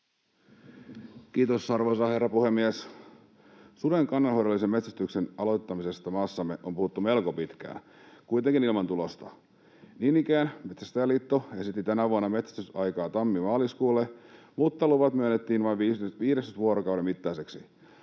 Kiitos, arvoisa herra puhemies! Suden kannanhoidollisen metsästyksen aloittamisesta maassamme on puhuttu melko pitkään, kuitenkin ilman tulosta. Niin ikään Metsästäjäliitto esitti tänä vuonna metsästysaikaa tammi—maaliskuulle, mutta luvat myönnettiin vain 15 vuorokauden mittaisiksi.